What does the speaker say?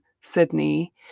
Sydney